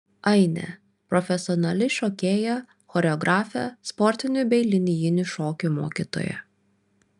ainė profesionali šokėja choreografė sportinių bei linijinių šokių mokytoja